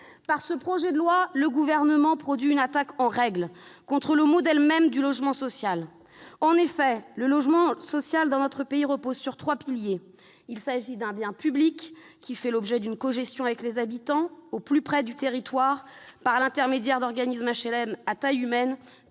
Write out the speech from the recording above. Par ce projet de loi, le Gouvernement mène une attaque en règle contre le modèle même du logement social. En effet, le logement social, dans notre pays, repose sur trois piliers : il s'agit d'un bien public, qui fait l'objet d'une cogestion avec les habitants, au plus près du territoire, par l'intermédiaire d'organismes d'HLM à taille humaine